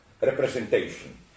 representation